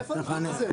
מאיפה הנתון הזה?